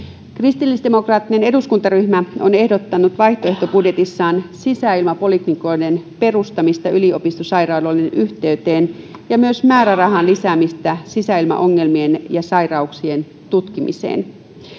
kristillisdemokraattinen eduskuntaryhmä on ehdottanut vaihtoehtobudjetissaan sisäilmapoliklinikoiden perustamista yliopistosairaaloiden yhteyteen ja myös määrärahan lisäämistä sisäilmaongelmien ja sai rauksien tutkimiseen